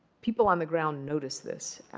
people on the ground notice this.